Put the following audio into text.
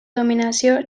dominació